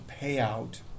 payout